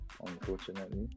unfortunately